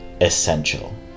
essential